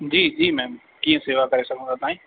जी जी मेम कीअं सेवा करे सघूं था ताईं